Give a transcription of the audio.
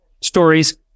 stories